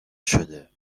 شده